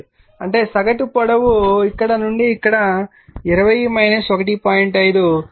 5 అంటే సగటు పొడవు ఇక్కడ నుండి ఇక్కడ 20 1